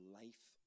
life